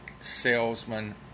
salesman